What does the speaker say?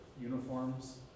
uniforms